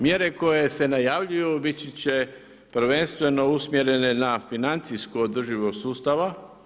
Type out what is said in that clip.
Mjere koje se najavljuju biti će prvenstveno usmjerene na financijsku održivost sustava.